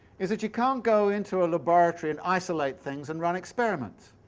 is that you can't go into a labouratory and isolate things and run experiments.